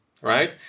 right